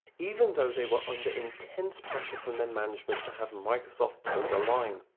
even though they were under intense pressure from their management to have microsoft toe the line.